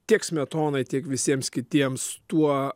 tiek smetonai tiek visiems kitiems tuo